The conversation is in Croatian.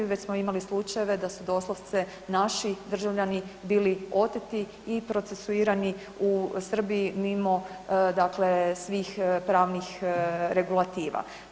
I već smo imali slučajeve da su doslovce naši državljani bili oteti i procesuirani u Srbiji mimo dakle svih pravnih regulativa.